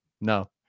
no